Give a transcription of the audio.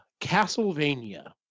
Castlevania